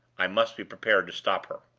i must be prepared to stop her.